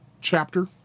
chapter